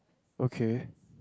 okay